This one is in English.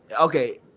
okay